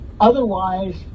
Otherwise